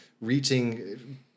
reaching